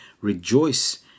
Rejoice